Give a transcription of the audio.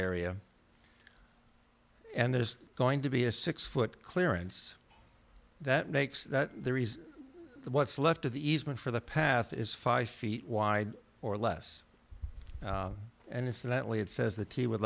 area and there is going to be a six foot clearance that makes that there is what's left of the easement for the path is five feet wide or less and incidentally it says that he would